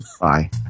Bye